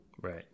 Right